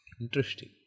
Interesting